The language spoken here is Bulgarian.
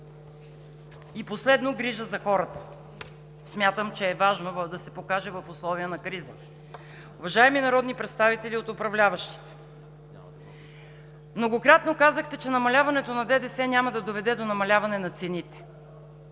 И последно, грижа за хората. Смятам, че е важно да се покаже в условия на криза. Уважаеми народни представители от управляващите, многократно казахте, че намаляването на ДДС няма да доведе до намаляване на цените.